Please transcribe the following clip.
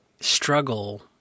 struggle